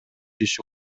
иши